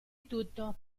tutto